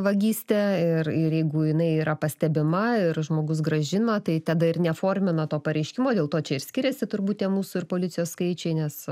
vagystė ir ir jeigu jinai yra pastebima ir žmogus grąžino tai tada ir neformina to pareiškimo dėl to čia ir skiriasi turbūt tie mūsų ir policijos skaičiai nes